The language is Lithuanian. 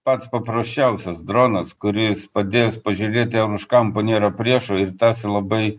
pats paprasčiausias dronas kuris padės pažiūrėti ar už kampo nėra priešų ir tas labai